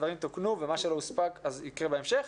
הדברים תוקנו, ומה שלא הספיקו יקרה בהמשך.